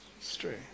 stray